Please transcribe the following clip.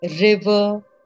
river